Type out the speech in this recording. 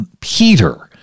Peter